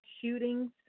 shootings